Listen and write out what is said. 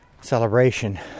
celebration